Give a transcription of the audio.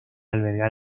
albergar